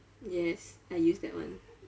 yes I use that one